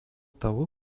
того